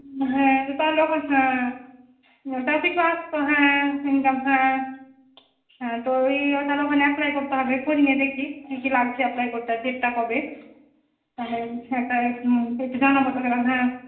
হ্যাঁ তালে ওখানে হ্যাঁ তাও কিছু আসতো হ্যাঁ ইনকাম হ্যাঁ হ্যাঁ তো ওই তাহলে ওখানে অ্যাপ্লাই করতে হবে করি নিয়ে দেখি কি কি লাগছে অ্যাপ্লাই করতে আর ডেটটা কবে হ্যাঁ হ্যাঁ তাই হুম একটু জানাবো তোকে হ্যাঁ